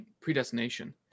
predestination